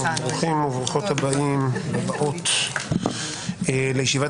ברוכים הבאים וברוכות הבאות לישיבה